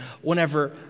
whenever